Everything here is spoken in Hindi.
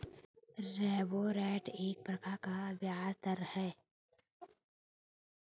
रेपो रेट एक प्रकार का ब्याज़ दर है